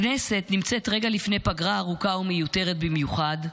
הכנסת נמצאת רגע לפני פגרה ארוכה ומיותרת במיוחד,